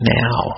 now